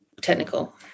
technical